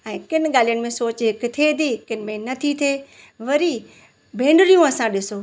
ऐं किन ॻाल्हियुनि में सोचु हिक थिए थी किन में नथी थिए वरी भेनरियूं असां ॾिसो